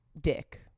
dick